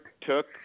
took